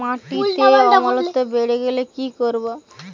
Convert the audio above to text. মাটিতে অম্লত্ব বেড়েগেলে কি করব?